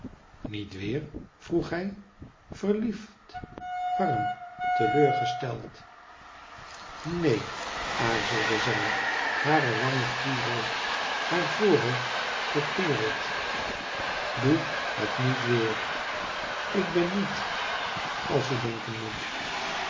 niet weer vroeg hij verliefd warm teleurgesteld neen aarzelde zij hare wangen gloeirood haar voorhoofd bepereld doe het niet weer ik ben niet als je denken moet